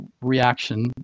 reaction